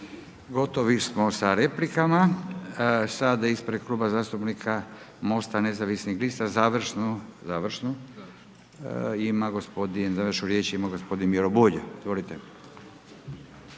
Gotovi smo sa replikama. Sada ispred Kluba zastupnika MOST-a nezavisnih lista završno, završno ima